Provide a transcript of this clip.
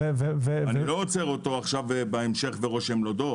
אני לא עוצר אותו עכשיו ורושם לו דוח.